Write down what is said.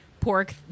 pork